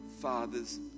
Father's